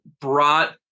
brought